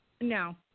no